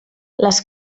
les